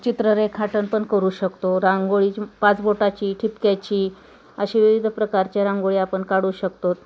चित्र रेखाटन पण करू शकतो रांगोळीची पाच बोटाची ठिपक्याची अशी विविध प्रकारच्या रांगोळी आपण काढू शकतो